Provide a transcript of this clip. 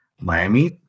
Miami